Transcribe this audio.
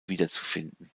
wiederzufinden